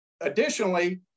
Additionally